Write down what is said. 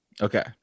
Okay